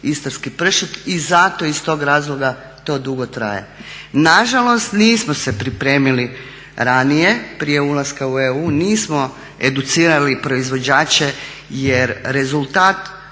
istarski pršut. I zato iz tog razloga to dugo traje. Nažalost, nismo se pripremili ranije prije ulaska u EU, nismo educirali proizvođače jer rezultat